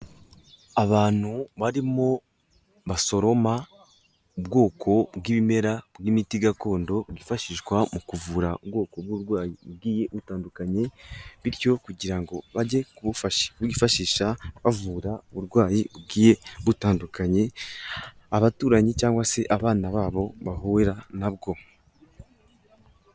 Abantu barimo basoroma ubwoko bw'ibimera bw'imiti gakondo yifashishwa mu kuvura ubwoko bw'uburwayi bugiye butandukanye, bityo kugira ngo bajye kubufasha kubwifashisha bavura uburwayi bugiye butandukanye, abaturanyi cyangwa se abana babo bahura na bwo.